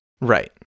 Right